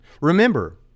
Remember